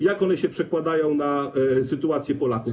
Jak one się przekładają na sytuację Polaków?